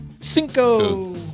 cinco